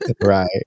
right